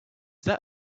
that